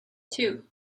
two